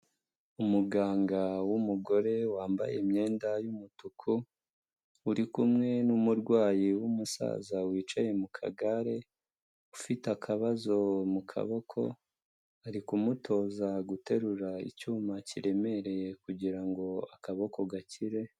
Umuganga w'umugore wambaye imyenda y'umutuku uri kumwe n'umurwayi w'umusaza wicaye mu kagare ufite akabazo mukaboko, ari kumutoza guterura icyuma kiremereye kugirango akaboko gakire.